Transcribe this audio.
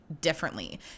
differently